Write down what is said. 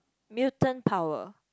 mutant power